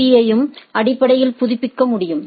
பீ யையும் அடிப்படையில் புதுப்பிக்க முடியும்